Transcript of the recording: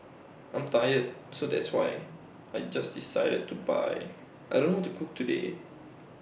I'm tired so that's why I just decided to buy I don't know to cook today